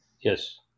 Yes